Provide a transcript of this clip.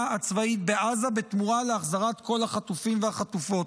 הצבאית בעזה בתמורה להחזרת כל החטופים והחטופות.